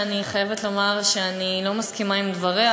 אף שאני חייבת לומר שאני לא מסכימה לדבריה.